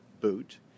boot